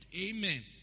Amen